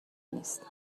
نیست